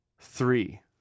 Three